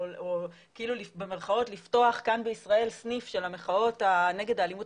או כאילו במירכאות לפתוח כאן בישראל סניף של המחאות נגד האלימות